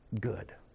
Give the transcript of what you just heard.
good